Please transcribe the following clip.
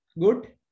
good